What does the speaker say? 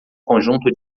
conjunto